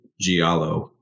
giallo